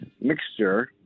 mixture